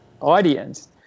audience